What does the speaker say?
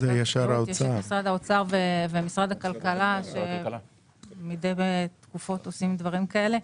יש את משרד האוצר ומשרד הכלכלה שמידי תקופות עושים דברים כאלה.